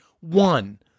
one